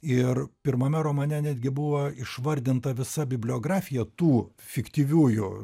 ir pirmame romane netgi buvo išvardinta visa bibliografija tų fiktyviųjų